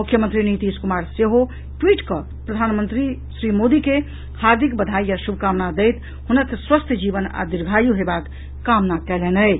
मुख्यमंत्री नीतीश कुमार सेहो ट्वीट कऽ प्रधानमंत्री श्री मोदी के हार्दिक बधाई आ शुभकामना दैत हुनक स्वस्थ्य जीवन आ दीर्घयु हेबाक कामना कयलनि अछि